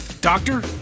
Doctor